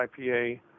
IPA